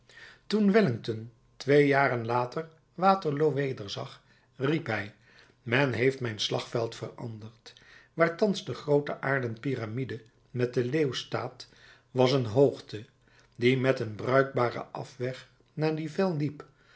toen wellington twee jaren later waterloo wederzag riep hij men heeft mijn slagveld veranderd waar thans de groote aarden piramide met den leeuw staat was een hoogte die met een bruikbaren afweg naar nivelles liep